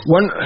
One